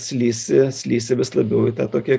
slysi slysi vis labiau į tą tokią